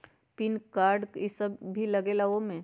कि PAN card इ सब भी लगेगा वो में?